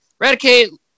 radicate